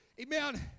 Amen